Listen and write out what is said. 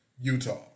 Utah